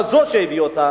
זאת שהביאו אותה,